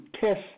test